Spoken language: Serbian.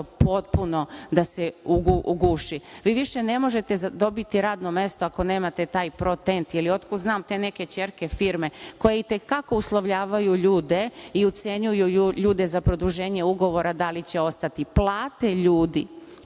potpuno da se guši. Vi više ne možete dobiti radno mesto ako nemate taj „Pro TENT“, ili otkud znam, te neke ćerke firme, koje i te kako uslovljavaju ljude i ucenjuju ljude za produženje ugovora, da li će ostati. Plate ljudi